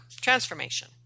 transformation